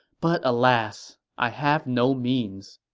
but alas! i have no means.